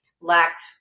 lacked